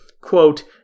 quote